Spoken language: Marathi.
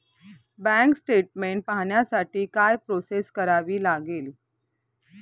बँक स्टेटमेन्ट पाहण्यासाठी काय प्रोसेस करावी लागेल?